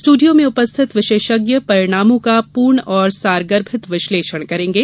studio में उपस्थित विशेषज्ञ परिणामों का पूर्ण और सारगर्भित विश्लेषण करेंगे